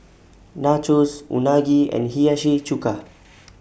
Nachos Unagi and Hiyashi Chuka